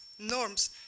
norms